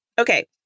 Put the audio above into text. Okay